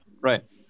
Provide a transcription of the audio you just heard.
right